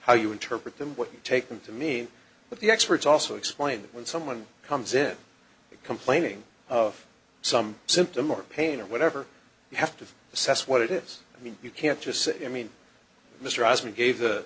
how you interpret them what you take them to me but the experts also explain that when someone comes in complaining of some symptom or pain or whatever you have to assess what it is i mean you can't just say i mean mr as we gave the